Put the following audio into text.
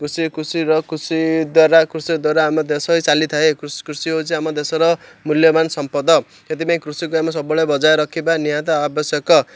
କୃଷି କୃଷିର କୃଷି ଦ୍ୱାରା କୃଷି ଦ୍ୱାରା ଆମ ଦେଶ ହିଁ ଚାଲିଥାଏ କୃଷି ହଉଛି ଆମ ଦେଶର ମୂଲ୍ୟବାନ ସମ୍ପଦ ସେଥିପାଇଁ କୃଷିକୁ ଆମେ ସବୁବେଳେ ବଜାୟ ରଖିବା ନିହାତି ଆବଶ୍ୟକ